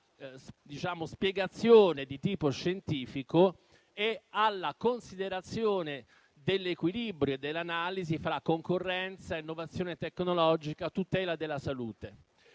alla spiegazione di tipo scientifico e alla considerazione dell'equilibrio e dell'analisi fra concorrenza, innovazione tecnologica e tutela della salute.